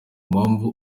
mpamvu